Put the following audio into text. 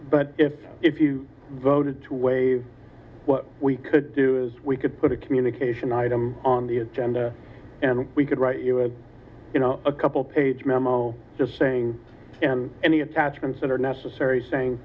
but if if you voted to waive what we could do is we could put a communication item on the agenda and we could write you a you know a couple page memo just saying any attachments that are necessary saying